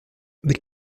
les